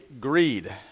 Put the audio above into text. greed